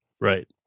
Right